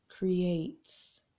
creates